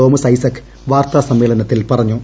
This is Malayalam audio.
തോമസ് ഐസക്ക് വാർത്താസമ്മേളനത്തിൽ പറഞ്ഞു